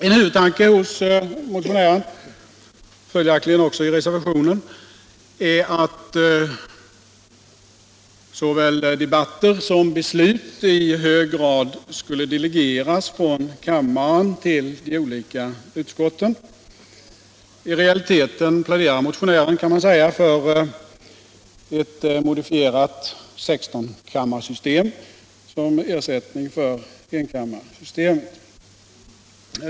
En huvudtanke hos motionären, följaktligen även i reservationen, är att såväl debatter som beslut i hög grad skulle delegeras från kammaren till de olika utskotten. I realiteten pläderar motionären för, kan man säga, ett modifierat sextonkammarssystem som ersättning för enkammarsystemet.